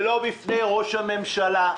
ולא בפני ראש הממשלה,